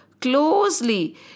closely